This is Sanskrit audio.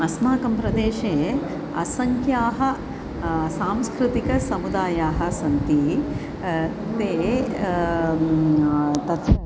अस्माकं प्रदेशे असङ्ख्याः सांस्कृतिकसमुदायाः सन्ति ते तत्र